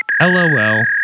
LOL